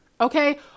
okay